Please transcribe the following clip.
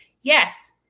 Yes